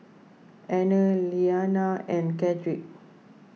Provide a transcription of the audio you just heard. Anner Iyanna and Cedrick